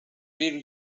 vill